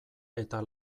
eta